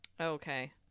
okay